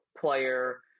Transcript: player